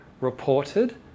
reported